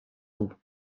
haut